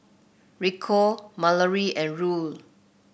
Rico Malorie and Ruel